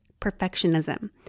perfectionism